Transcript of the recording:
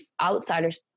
outsider's